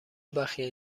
بخیه